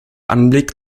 anblick